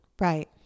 right